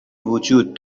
وجود